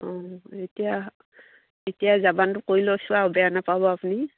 অঁ এতিয়া এতিয়া যাবানটো কৰি লৈছোঁ আৰু বেয়া নাপাব আপুনি